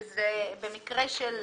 שבמקרה של